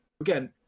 again